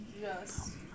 Yes